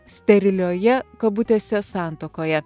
sterilioje kabutėse santuokoje